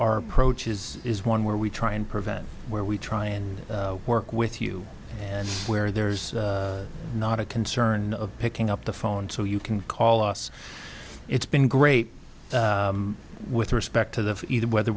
our approach is is one where we try and prevent where we try and work with you and where there's not a concern of picking up the phone so you can call us it's been great with respect to the either whether